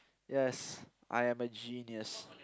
yes I am a genius